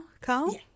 Carl